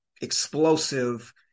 explosive